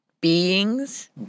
beings